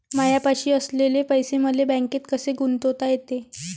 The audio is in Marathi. मायापाशी असलेले पैसे मले बँकेत कसे गुंतोता येते?